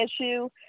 issue